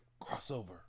crossover